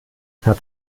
habt